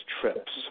trips